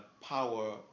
power